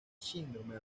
síndrome